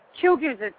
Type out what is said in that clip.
children's